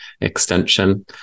extension